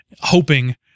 hoping